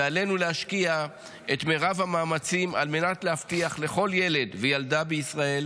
ועלינו להשקיע את מרב המאמצים על מנת להבטיח לכל ילד וילדה בישראל